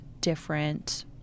different